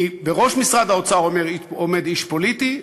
כי בראש משרד האוצר עומד איש פוליטי,